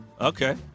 Okay